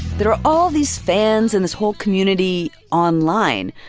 there are all these fans and this whole community online.